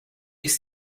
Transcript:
ist